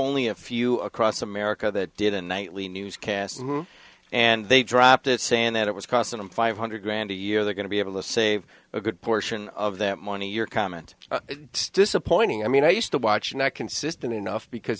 only a few across america that did a nightly newscast and they dropped it saying that it was costing them five hundred grand a year they're going to be able to save a good portion of that money your comment disappointing i mean i used to watch not consistent enough because